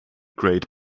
great